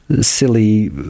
silly